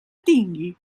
tingui